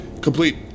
Complete